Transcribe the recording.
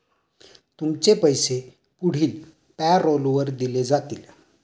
तुमचे पैसे पुढील पॅरोलवर दिले जातील